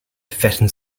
fattens